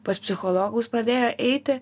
pas psichologus pradėjo eiti